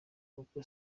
kuko